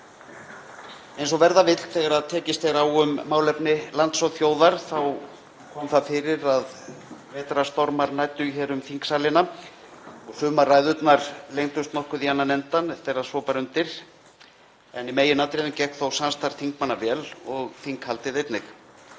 Eins og verða vill þegar tekist er á um málefni lands og þjóðar þá kom það fyrir að vetrarstormar næddu hér um þingsalina og sumar ræðurnar lengdust nokkuð í annan endann þegar svo bar undir, en í meginatriðum gekk þó samstarf þingmanna vel og þinghaldið einnig.